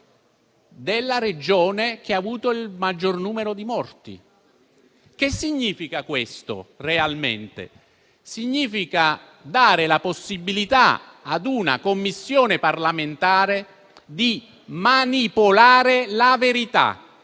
nella Regione che ha avuto il maggior numero di morti. Che significa questo realmente? Significa dare la possibilità ad una Commissione parlamentare di manipolare la verità.